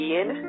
Ian